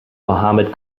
muhammad